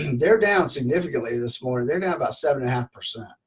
and they're down significantly this morning, they're down about seven a half percent.